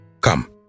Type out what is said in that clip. Come